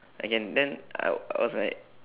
okay then I I was like